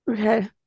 Okay